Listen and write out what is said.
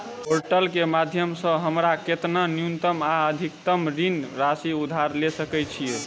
Portal केँ माध्यम सऽ हमरा केतना न्यूनतम आ अधिकतम ऋण राशि उधार ले सकै छीयै?